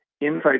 inside